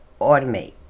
Automate